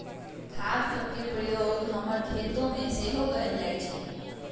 खाद सभके प्रयोग हमर खेतमें सेहो कएल जाइ छइ